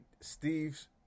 Steve's